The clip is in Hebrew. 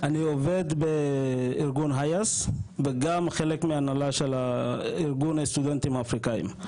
אני עובד בארגון 'הייס' וגם חלק מהנהלה של הארגון הסטודנטים האפריקאים.